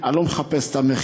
אני לא מחפש את המחיר,